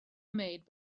made